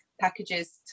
Packages